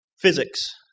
Physics